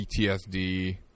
PTSD